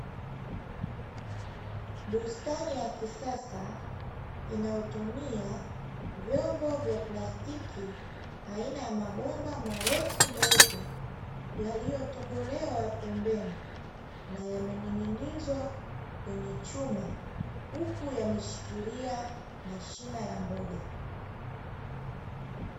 Bustani ya kisasa inayotumia vyombo vya plastiki aina ya mabomba marefu meupe yaliyotobolewa pembeni, na yamening'inizwa kwenye chuma uku yameshikilia mashina ya mboga.